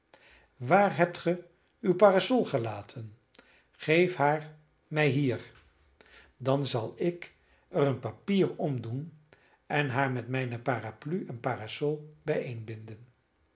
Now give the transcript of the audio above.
waar hebt ge uw parasol gelaten geef haar mij hier dan zal ik er een papier om doen en haar met mijne parapluie en parasol